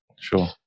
Sure